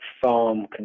farm